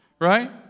Right